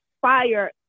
fire